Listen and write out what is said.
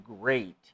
great